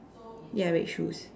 ya red shoes